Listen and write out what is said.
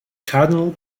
cardinal